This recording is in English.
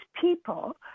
people